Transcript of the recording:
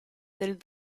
del